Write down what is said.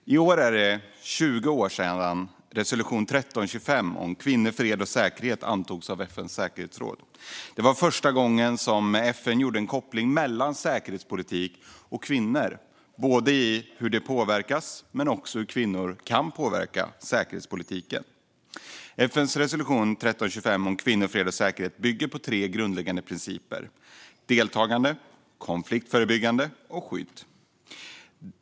I år är det 20 år sedan resolution 1325 om kvinnor, fred och säkerhet antogs av FN:s säkerhetsråd. Det var första gången som FN gjorde en koppling mellan säkerhetspolitik och kvinnor, om hur kvinnor påverkas och om hur kvinnor kan påverka säkerhetspolitiken. FN:s resolution 1325 om kvinnor, fred och säkerhet bygger på tre grundläggande principer: deltagande, konfliktförebyggande och skydd.